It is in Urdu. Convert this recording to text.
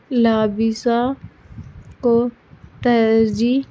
لابسہ کو ترجیح